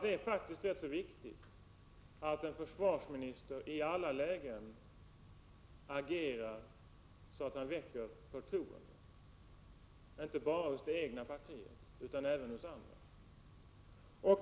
Det är faktiskt ganska viktigt att en försvarsminister i alla lägen agerar så att han inger förtroende — inte bara hos det egna partiet utan även hos andra.